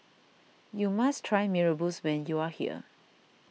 you must try Mee Rebus when you are here